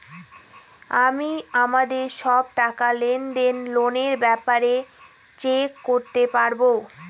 আমি আমাদের সব টাকা, লেনদেন, লোনের ব্যাপারে চেক করতে পাবো